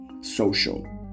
social